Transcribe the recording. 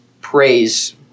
praise